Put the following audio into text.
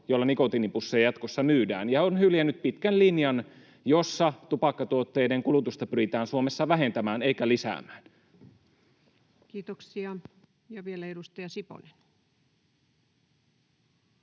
joilla nikotiinipusseja jatkossa myydään, ja on hyljännyt pitkän linjan, jossa tupakkatuotteiden kulutusta pyritään Suomessa vähentämään eikä lisäämään. [Speech 172] Speaker: